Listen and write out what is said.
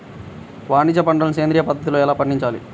వాణిజ్య పంటలు సేంద్రియ పద్ధతిలో ఎలా పండించాలి?